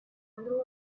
bundle